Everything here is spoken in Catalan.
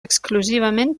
exclusivament